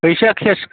फैसाया केस